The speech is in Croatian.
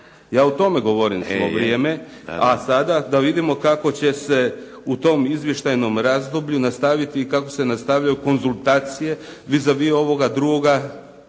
Ja o tome govorim svo vrijeme, a sada da vidimo kako će se u tom izvještajnom razdoblju i kako se nastavljaju konzultacije vis a vis ovoga drugoga